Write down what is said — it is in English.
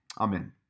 Amen